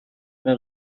mehr